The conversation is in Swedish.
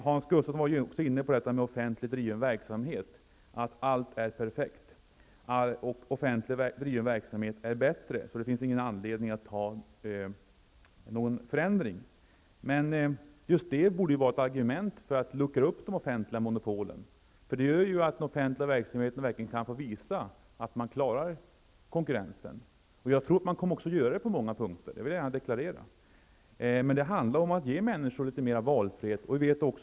Hans Gustafsson var också inne på detta med offentligt driven verksamhet och menade att allt där är perfekt, att den är bättre och att det därför inte finns anledning att göra någon förändring. Men just det borde vara ett argument för att luckra upp de offentliga monopolen, så att man inom den offentliga verksamheten verkligen kan få visa att man klarar konkurrensen. Jag tror också att man kommer att göra det på många områden. Det handlar om att ge människor mera valfrihet.